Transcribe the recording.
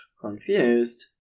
confused